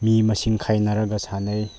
ꯃꯤ ꯃꯁꯤꯡ ꯈꯥꯏꯅꯔꯒ ꯁꯥꯟꯅꯩ